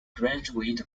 graduate